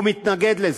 והוא מתנגד לזה.